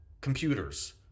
computers